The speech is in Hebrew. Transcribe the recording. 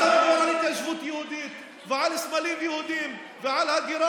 את מדבר על התיישבות יהודית ועל סמלים יהודיים ועל הגירה